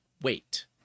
wait